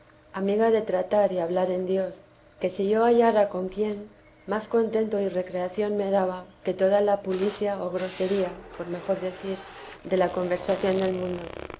amiga de tratar y hablar en dios que si yo hallara con quién más contento y recreación me daba que toda la pulida o grosería por mejor decir de la conversación del mundo